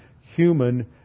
human